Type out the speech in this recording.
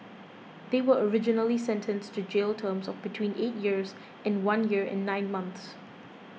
they were originally sentenced to jail terms of between eight years and one year and nine months